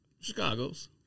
Chicago's